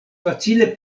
facile